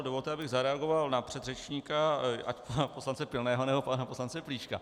Dovolte, abych zareagoval na předřečníka, ať už pana poslance Pilného, nebo pana poslance Plíška.